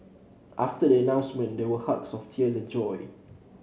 after the announcement there were hugs of tears of joy